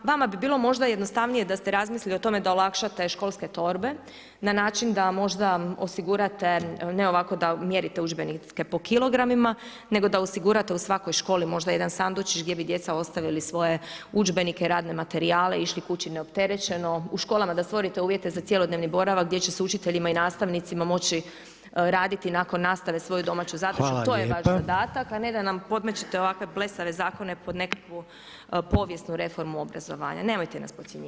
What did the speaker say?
Vama bi bilo možda jednostavnije da ste razmislili o tome da olakšate školske torbe na način da možda osigurate ne ovako da mjerite udžbenike po kilogramima nego da osigurate u svakoj školi možda jedan sandučić gdje bi ostavili svoje udžbenike, radne materijale, išli kući neopterećeno, u školama da stvorite uvjete, zacijelo dnevni boravak gdje će se učiteljima i nastavnicima može raditi nakon nastave svoju domaću zadaću, to je vaš zadatak, a ne da nam podmećete ovakve blesave zakone, pod nekakvu povijesnu reformu obrazovanja, nemojte nas podcjenjivati.